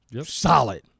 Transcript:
solid